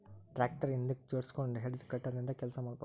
tractor ಹಿಂದಕ್ ಜೋಡ್ಸ್ಕೊಂಡು hedge cutter ನಿಂದ ಕೆಲಸ ಮಾಡ್ಬಹುದು